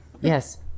Yes